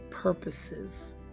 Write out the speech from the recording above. purposes